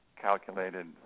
calculated